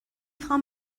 خوام